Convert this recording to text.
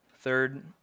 Third